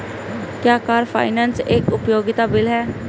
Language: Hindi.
क्या कार फाइनेंस एक उपयोगिता बिल है?